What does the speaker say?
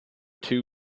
two